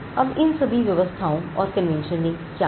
अब इन सभी व्यवस्थाओं और कन्वेंशन ने क्या किया